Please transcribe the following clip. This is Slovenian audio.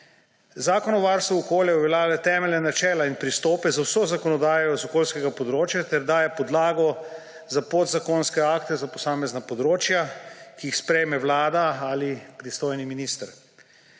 Zakon o varstvu okolja uveljavlja temeljna načela in pristope za vso zakonodajo z okolijskega področja ter daje podlago za podzakonske akte za posamezna področja, ki jih sprejme vlada ali pristojni minister.